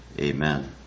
Amen